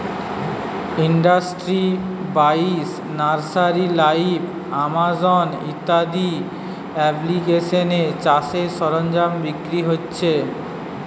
industry বাইশ, nursery live, Amazon ইত্যাদি এপ্লিকেশানে চাষের সরঞ্জাম বিক্রি হচ্ছে